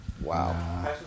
Wow